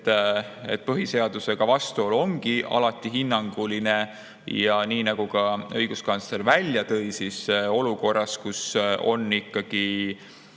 et põhiseadusega vastuolu ongi alati hinnanguline. Ja nii nagu ka õiguskantsler välja tõi, olukorras, kus on ikkagi